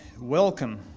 welcome